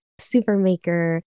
Supermaker